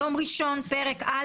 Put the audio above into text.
יום ראשון פרק א